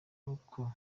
uko